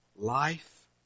Life